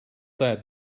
that